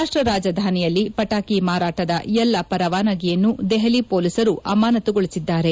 ರಾಷ್ಟ್ರ ರಾಜಧಾನಿಯಲ್ಲಿ ಪಟಾಕಿ ಮಾರಾಟದ ಎಲ್ಲ ಪರವಾನಗಿಯನ್ನು ದೆಹಲಿ ಪೊಲೀಸರು ಅಮಾನತುಗೊಳಿಸಿದ್ದಾರೆ